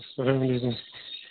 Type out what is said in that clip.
اَسَلام علیکُم